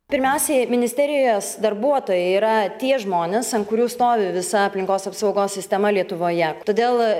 pirmiausiai ministerijos darbuotojai yra tie žmonės ant kurių stovi visa aplinkos apsaugos sistema lietuvoje todėl